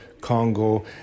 Congo